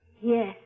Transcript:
Yes